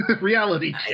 Reality